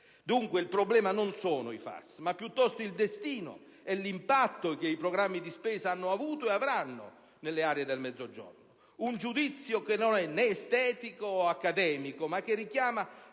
Dunque, il problema non sono i fondi FAS, ma piuttosto il destino e l'impatto che i programmi di spesa hanno avuto e avranno nelle aree del Mezzogiorno. Un giudizio che non è estetico né accademico, ma che richiama